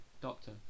doctor